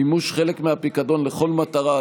(מימוש חלק מהפיקדון לכל מטרה),